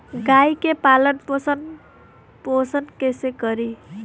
गाय के पालन पोषण पोषण कैसे करी?